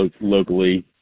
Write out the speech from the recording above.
locally